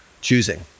choosing